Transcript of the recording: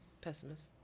Pessimist